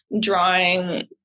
drawing